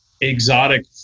exotic